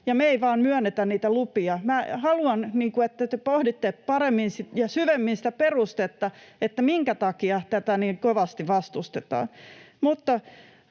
me ei vaan myönnetä niitä lupia. Minä haluan, että te pohditte paremmin ja syvemmin sitä perustetta, minkä takia tätä niin kovasti vastustetaan.